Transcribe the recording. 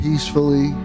Peacefully